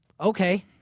Okay